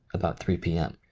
about three p. m.